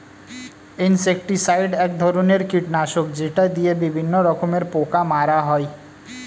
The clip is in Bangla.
ইনসেক্টিসাইড এক ধরনের কীটনাশক যেটা দিয়ে বিভিন্ন রকমের পোকা মারা হয়